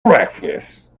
breakfast